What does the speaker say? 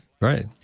right